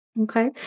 Okay